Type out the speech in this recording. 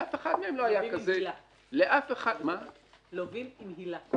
לאף אחד --- לווים עם הילה,